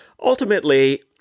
Ultimately